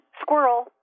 squirrel